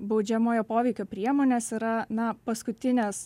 baudžiamojo poveikio priemonės yra na paskutinės